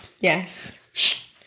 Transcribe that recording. Yes